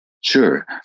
Sure